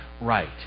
right